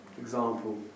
example